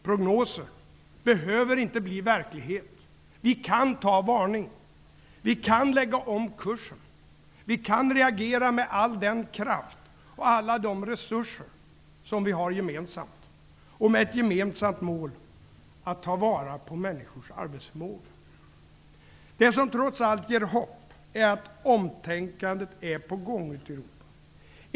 Prognoser behöver inte bli verklighet. Vi kan ta varning. Vi kan lägga om kursen. Vi kan med all den kraft och med alla de resurser som vi har gemensamt reagera för att uppnå ett gemensamt mål: att ta vara på människors arbetsförmåga. Det som, trots allt, ger hopp är att omtänkandet är på gång ute i Europa.